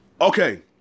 Okay